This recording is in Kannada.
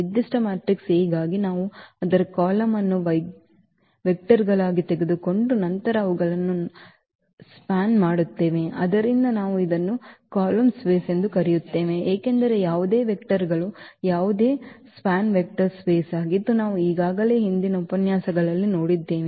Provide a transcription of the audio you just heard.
ನಿರ್ದಿಷ್ಟ ಮ್ಯಾಟ್ರಿಕ್ಸ್ A ಗಾಗಿ ನಾವು ಅದರ ಕಾಲಮ್ ಅನ್ನು ವೆಕ್ಟರ್ಗಳಾಗಿ ತೆಗೆದುಕೊಂಡು ನಂತರ ಅವುಗಳನ್ನು ಸ್ಪ್ಯಾನ್ ಮಾಡುತ್ತೇವೆ ಆದ್ದರಿಂದ ನಾವು ಇದನ್ನು ಕಾಲಮ್ ಸ್ಪೇಸ್ ಎಂದು ಕರೆಯುತ್ತೇವೆ ಏಕೆಂದರೆ ಯಾವುದೇ ವೆಕ್ಟರ್ಗಳ ಯಾವುದೇ ಸ್ಪ್ಯಾನ್ ವೆಕ್ಟರ್ ಸ್ಪೇಸ್ ಆಗಿದ್ದು ನಾವು ಈಗಾಗಲೇ ಹಿಂದಿನ ಉಪನ್ಯಾಸಗಳಲ್ಲಿ ನೋಡಿದ್ದೇವೆ